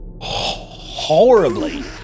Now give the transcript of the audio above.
horribly